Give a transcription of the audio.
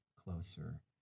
Closer